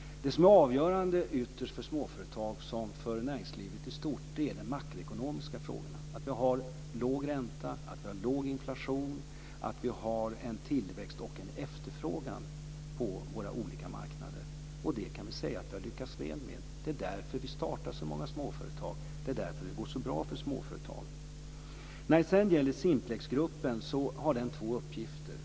Det som är ytterst avgörande såväl för småföretag som för näringslivet i stort är de makroekonomiska frågorna, att vi har låg ränta, att vi har låg inflation, att vi har en tillväxt och en efterfrågan på våra olika marknader. Det kan vi säga att vi har lyckats väl med, och det är därför som det startas så många småföretag och därför som det går så bra för dem. Simplexgruppen har två uppgifter.